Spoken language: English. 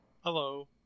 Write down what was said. Hello